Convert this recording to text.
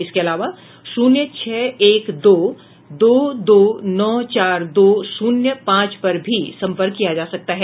इसके अलावा शून्य छह एक दो दो दो नौ चार दो शून्य पांच पर भी संपर्क किया जा सकता है